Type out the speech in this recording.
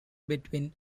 between